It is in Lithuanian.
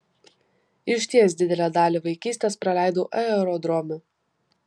išties didelę dalį vaikystės praleidau aerodrome